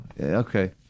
okay